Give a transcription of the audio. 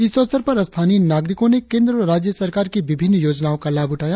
इस अवसर पर स्थानीय नागरिको ने केंद्र और राज्य सरकार की विभिन्न योजनाओ का लाभ उठाया